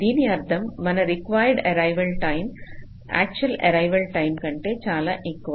దీని అర్థం మన required arrival time actual arrival time కంటే చాలా ఎక్కువ